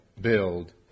build